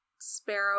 Sparrow